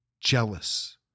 Jealous